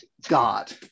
god